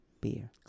beer